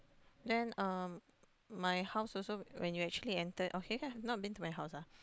then um my house also when you actually enter oh kirakan you have not been to my house ah